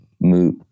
move